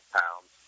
pounds